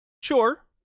Sure